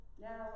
now